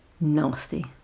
Nasty